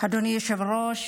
אדוני היושב-ראש,